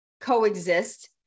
coexist